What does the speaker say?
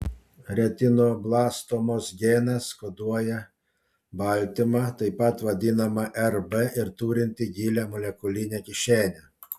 retinoblastomos genas koduoja baltymą taip pat vadinamą rb ir turintį gilią molekulinę kišenę